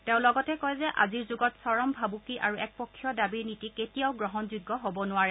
তেওঁ লগতে কয় যে আজিৰ যুগত চৰম ভাবুকি আৰু একপক্ষীয় দাবীৰ নীতি কেতিয়াও গ্ৰহণযোগ্য হ'ব নোৱাৰে